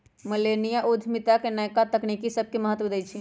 मिलेनिया उद्यमिता नयका तकनी सभके महत्व देइ छइ